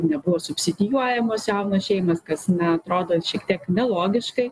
nebuvo subsidijuojamos jaunos šeimos kas na atrodo šiek tiek nelogiškai